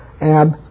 ab